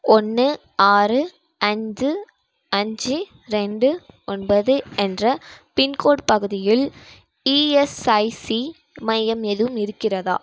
ஒன்று ஆறு அஞ்சு அஞ்சு ரெண்டு ஒன்பது என்ற பின்கோட் பகுதியில் இஎஸ்ஐசி மையம் எதுவும் இருக்கிறதா